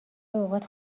اوقات